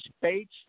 states